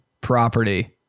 property